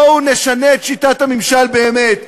בואו נשנה את שיטת הממשל באמת.